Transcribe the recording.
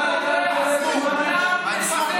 תודה לך, בצלאל סמוטריץ'.